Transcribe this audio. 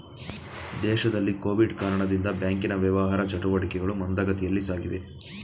ದೇಶದಲ್ಲಿ ಕೊವಿಡ್ ಕಾರಣದಿಂದ ಬ್ಯಾಂಕಿನ ವ್ಯವಹಾರ ಚಟುಟಿಕೆಗಳು ಮಂದಗತಿಯಲ್ಲಿ ಸಾಗಿವೆ